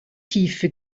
tiefe